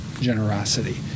generosity